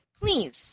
please